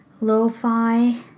lo-fi